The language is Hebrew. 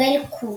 הוא אל-קדס,